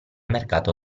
mercato